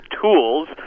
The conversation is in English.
tools